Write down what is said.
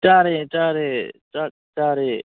ꯆꯥꯔꯦ ꯆꯥꯔꯦ ꯆꯥꯛ ꯆꯥꯔꯦ